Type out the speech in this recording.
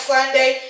Sunday